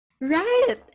Right